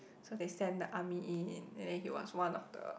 so they send the army in and then he was one of the